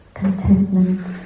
Contentment